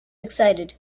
excited